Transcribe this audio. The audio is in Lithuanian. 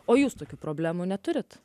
o jūs tokių problemų neturite